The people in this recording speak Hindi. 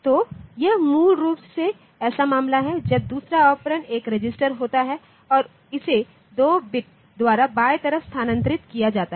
तो यह मूल रूप से ऐसा मामला है जब दूसरा ऑपरेंड एक रजिस्टर होता है और इसे 2 बिट्स द्वारा बाएं तरफ स्थानांतरित किया जाता है